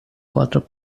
quatro